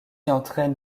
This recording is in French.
entraînent